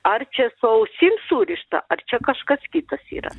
ar čia su ausim surišta ar čia kažkas kitas yra